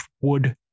wood